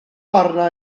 arna